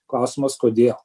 klausimas kodėl